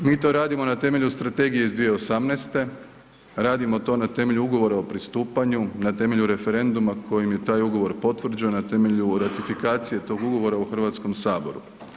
Mi to radimo na temelju strategije iz 2018., radimo na temelju toga Ugovora o pristupanju, na temelju referenduma kojim je taj ugovor potvrđen, na temelju ratifikacije tog ugovora u Hrvatskom saboru.